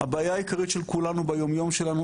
הבעיה העיקרית של כולנו ביומיום שלנו,